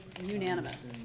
unanimous